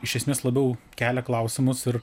iš esmės labiau kelia klausimus ir